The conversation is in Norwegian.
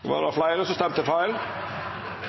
var det, som